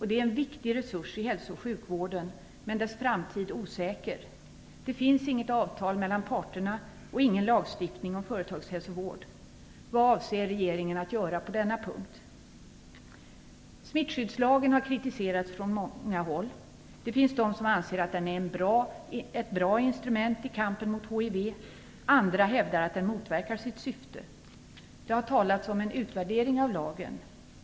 Det är en viktig resurs i hälso och sjukvården, men dess framtid är osäker. Det finns inget avtal mellan parterna och ingen lagstiftning om företagshälsovård. Smittskyddslagen har kritiserats från många håll. Det finns de som anser att den är ett bra instrument i kampen mot hiv. Andra hävdar att den motverkar sitt syfte. Det har talats om en utvärdering av lagen.